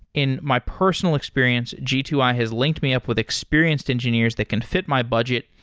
in my personal experience, g two i has linked me up with experienced engineers that can fit my budget,